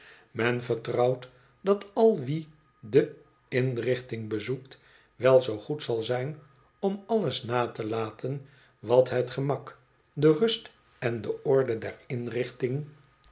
men vertrouwt dat al wie de inrichting bezoekt wel zoo goed zal zijn om alles na te laten wat het gemak de rust en do orde der inrichting